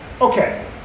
Okay